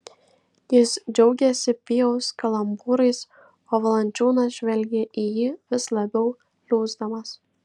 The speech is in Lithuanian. jis džiaugėsi pijaus kalambūrais o valančiūnas žvelgė į jį vis labiau liūsdamas